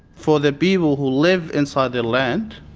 for the people who live inside the land,